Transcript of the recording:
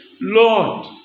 Lord